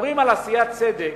כשמדברים על עשיית צדק,